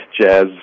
jazz